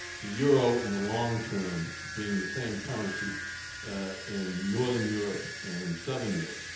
the euro in the long term being the same currency in northern europe and in southern europe,